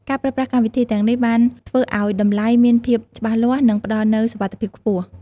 ការប្រើប្រាស់កម្មវិធីទាំងនេះបានធ្វើឱ្យតម្លៃមានភាពច្បាស់លាស់និងផ្តល់នូវសុវត្ថិភាពខ្ពស់។